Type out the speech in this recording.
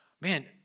man